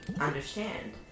understand